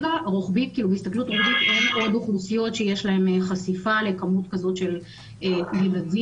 בהסתכלות אין עוד אוכלוסיות שיש להן חשיפה לכמות כזאת של ילדים,